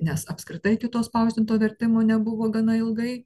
nes apskritai kito spausdinto vertimo nebuvo gana ilgai